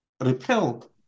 repel